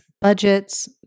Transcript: budgets